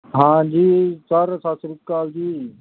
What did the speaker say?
ਹਾਂਜੀ ਸਰ ਸਤਿ ਸ਼੍ਰੀ ਅਕਾਲ ਜੀ